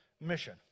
mission